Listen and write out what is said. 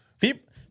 People